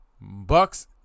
Bucks